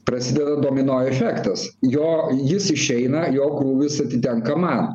prasideda domino efektas jo jis išeina jo krūvis atitenka man